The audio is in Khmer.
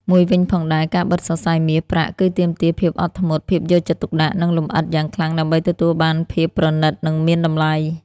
មួយវិញផងដែរ ការបិតសរសៃមាស ប្រាក់ គឺទាមទារភាពអត់ធ្មត ភាពយកចិត្តទុកដាក់ និងលម្អិតយ៉ាងខ្លាំងដើម្បីទទួលបានភាពប្រណិតនិងមានតម្លៃ។